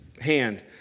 hand